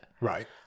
Right